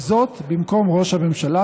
וזאת במקום ראש הממשלה,